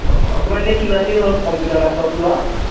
অঁ অঁ আপোনাৰ এনেই কিমান দিন হ'ল কম্পিউটাৰ লেপটপটো লোৱা